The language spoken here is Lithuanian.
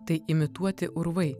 tai imituoti urvai